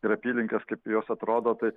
ir apylinkes kaip jos atrodo tai